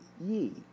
ye